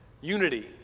Unity